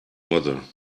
mother